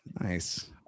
nice